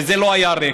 וזה לא היה ריק.